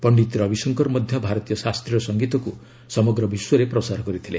ପଣ୍ଡିତ ରବିଶଙ୍କର ମଧ୍ୟ ଭାରତୀୟ ଶାସ୍ତ୍ରୀୟ ସଂଗୀତକୁ ସମଗ୍ର ବିଶ୍ୱରେ ପ୍ରସାର କରିଥିଲେ